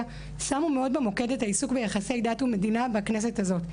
שמו במוקד את העיסוק ביחסי דת ומדינה בכנסת הזאת.